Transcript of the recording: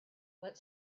let